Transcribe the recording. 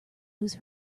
lose